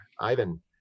Ivan